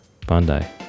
Bandai